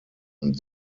und